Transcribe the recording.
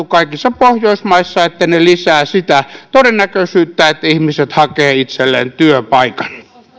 kaikissa pohjoismaissa että ne lisäävät sitä todennäköisyyttä että ihmiset hakevat itselleen työpaikan